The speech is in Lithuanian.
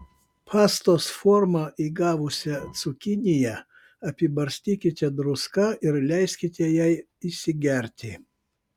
pastos formą įgavusią cukiniją apibarstykite druską ir leiskite jai įsigerti